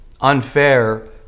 unfair